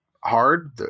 hard